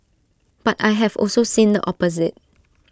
but I have also seen the opposite